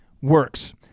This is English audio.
works